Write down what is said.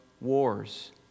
wars